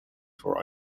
for